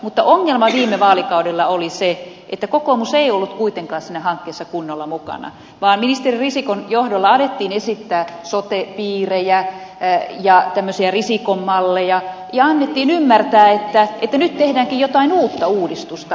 mutta ongelma viime vaalikaudella oli se että kokoomus ei ollut kuitenkaan siinä hankkeessa kunnolla mukana vaan ministeri risikon johdolla alettiin esittää sote piirejä ja tämmöisiä risikon malleja ja annettiin ymmärtää että nyt tehdäänkin jotain uutta uudistusta